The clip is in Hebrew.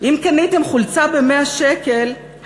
אם קניתם חולצה ב-100 שקל,